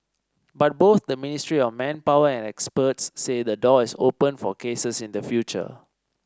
but both the Ministry of Manpower and experts say the door is open for cases in the future